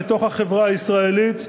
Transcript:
לתוך החברה הישראלית,